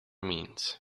means